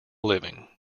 living